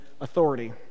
authority